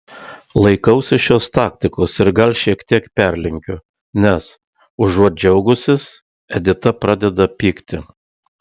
laikausi šios taktikos ir gal šiek tiek perlenkiu nes užuot džiaugusis edita pradeda pykti